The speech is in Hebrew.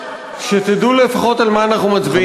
שתדעו לפחות על מה אנחנו מצביעים.